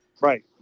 Right